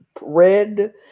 red